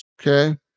Okay